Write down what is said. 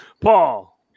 Paul